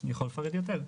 אני יכול לפרט יותר.